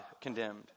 condemned